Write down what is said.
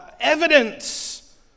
evidence